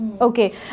Okay